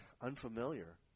Unfamiliar